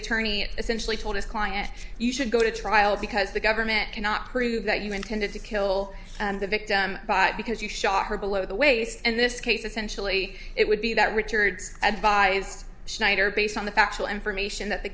attorney essentially told his client you should go to trial because the government cannot prove that you intended to kill the victim because you shot her below the waist in this case essentially it would be that richard's advise schneider based on the factual information that the